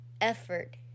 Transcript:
effort